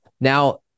Now